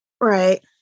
right